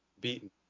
beaten